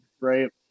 right